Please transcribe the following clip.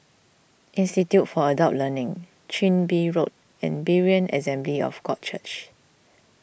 Institute for Adult Learning Chin Bee Road and Berean Assembly of God Church